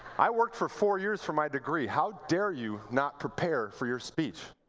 i worked for four years for my degree. how dare you not prepare for your speech?